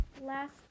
last